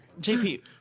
JP